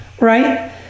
right